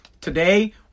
Today